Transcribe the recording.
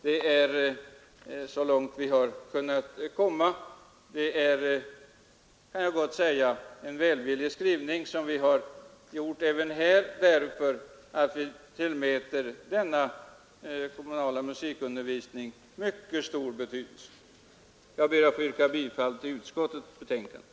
Det är så långt vi har kunnat komma. Det är — kan jag gott säga — en välvillig skrivning vi gjort även här, och vi har gjort den därför att vi tillmäter den kommunala musikundervisningen mycket stor betydelse. Jag ber att få yrka bifall till utskottets hemställan.